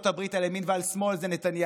הברית על ימין ועל שמאל הוא נתניהו.